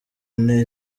ine